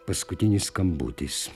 paskutinis skambutis